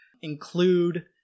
Include